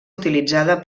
utilitzada